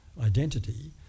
identity